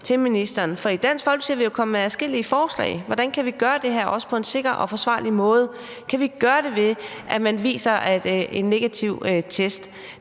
til ministeren. For i Dansk Folkeparti er vi jo kommet med adskillige forslag til, hvordan vi kan gøre det her, også på en sikker og forsvarlig måde: Kan vi gøre det, ved at man viser en negativ test?